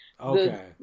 Okay